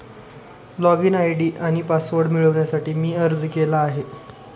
login ID आणि password मिळवण्यासाठी मी अर्ज केला आहे